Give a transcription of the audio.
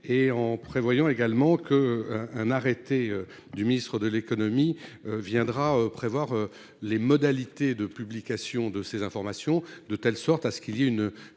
et en prévoyant également que un, un arrêté du ministre de l'Économie viendra prévoir les modalités de publication de ces informations de telle sorte à ce qu'il y a une,